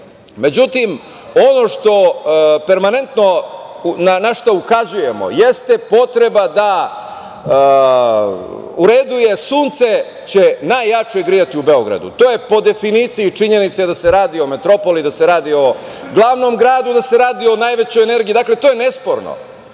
ono na što permanentno ukazujemo jeste potreba da je u redu da će sunce najjače grejati u Beogradu, to je po definiciji činjenica da se radi o metropoli, da se radi o glavnom gradu, da se radi o najvećoj energiji. To je nesporno,